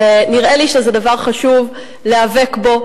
ונראה לי שזה דבר חשוב להיאבק בו,